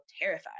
terrified